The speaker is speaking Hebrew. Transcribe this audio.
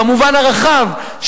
במובן הרחב,